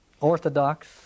orthodox